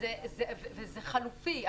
זה חלופי.